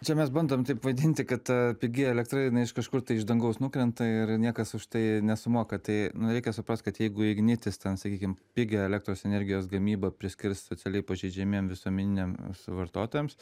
čia mes bandom taip vaidinti kad pigi elektra jinai iš kažkur tai iš dangaus nukrenta ir niekas už tai nesumoka tai reikia suprast kad jeigu ignitis ten sakykim pigią elektros energijos gamybą priskirs socialiai pažeidžiamiem visuomeniniams vartotojams